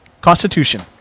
Constitution